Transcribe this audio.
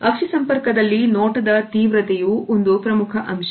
ಅಕ್ಷಿ ಸಂಪರ್ಕದಲ್ಲಿ ನೋಟದ ತೀವ್ರತೆಯೂ ಒಂದು ಪ್ರಮುಖ ಅಂಶ